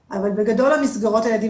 יש לי להגיד מילה על זה,